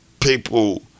People